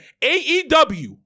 AEW